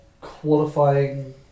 qualifying